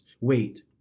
wait